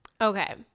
Okay